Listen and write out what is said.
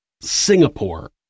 Singapore